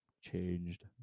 changed